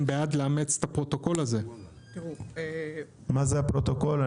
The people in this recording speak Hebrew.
בעד לאמץ את הפרוטוקול הזה מה זה הפרוטוקול?